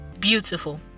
beautiful